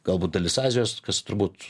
galbūt dalis azijos kas turbūt